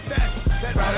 right